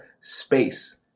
space